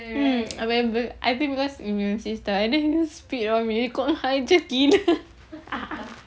mmhmm I remember I think because we were sister I think you spit on me kau orang gila